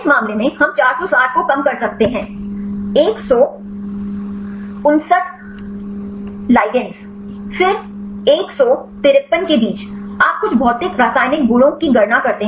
इस मामले में हम 460 को कम कर सकते हैं 159 ligands फिर 153 के बीच आप कुछ भौतिक रासायनिक गुणों की गणना करते हैं